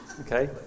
Okay